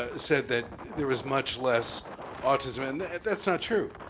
ah said that there was much less autism and that's not true.